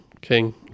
king